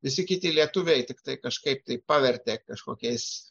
visi kiti lietuviai tiktai kažkaip tai pavertė kažkokiais